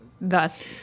thus